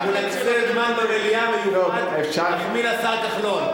אנחנו נקצה זמן במליאה להחמיא לשר כחלון.